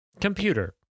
Computer